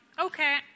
okay